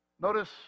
Notice